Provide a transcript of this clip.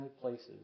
places